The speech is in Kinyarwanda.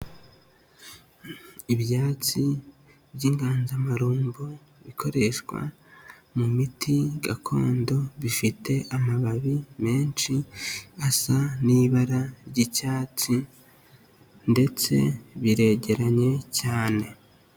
Ibyatsi by'inganzamarumbo bikoreshwa mu miti gakondo, bifite amababi menshi asa n'ibara ry'icyatsi ndetse biregeranye cyane.